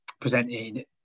presenting